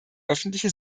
öffentliche